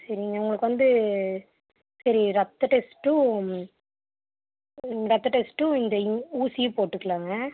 சரிங்க உங்களுக்கு வந்து சரி ரத்த டெஸ்ட்டும் ரத்த டெஸ்ட் இந்த ஊசியும் போட்டுக்கலாங்க